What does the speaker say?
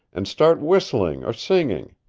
and start whistling or singing,